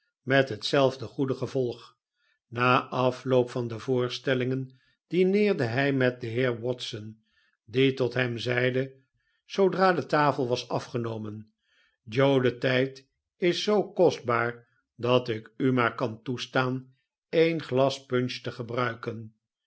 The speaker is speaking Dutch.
cheltenham methetzelfde goede gevolg na afloop van de voorstellingen dineerde hi met den heer watson die tot hem zeide zoodra de tafel was afgenomen joe de tijd is zoo kostbaar dat ik umaar kan toestaan een glas punch te gebruiken